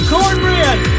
Cornbread